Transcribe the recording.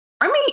Army